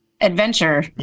adventure